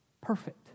Perfect